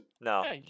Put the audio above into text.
No